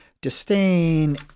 disdain